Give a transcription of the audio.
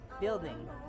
building